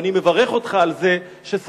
ואני מברך אותך על זה שסירבת.